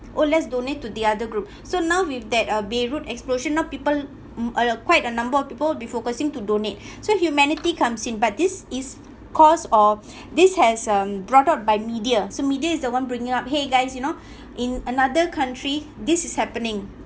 oh let's donate to the other group so now with that uh beirut explosion now people um uh quite a number of people will be focusing to donate so humanity comes in but this is caused of this has um brought on by media so media is the one bringing up !hey! guys you know in another country this is happening